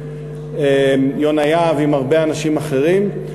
עם יונה יהב ועם הרבה אנשים אחרים,